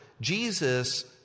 Jesus